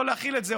לא להחיל את זה,